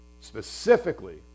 specifically